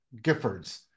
Giffords